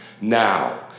Now